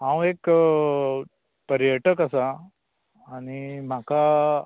हांव एक पर्यटक आसा आनी म्हाका